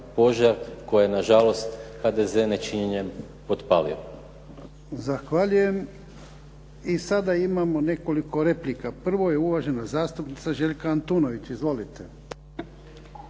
koji je nažalost HDZ nečinjenjem potpalio. **Jarnjak, Ivan (HDZ)** Zahvaljujem. I sada imamo nekoliko replika. Prvo je uvažena zastupnica Željka Antunović. Izvolite.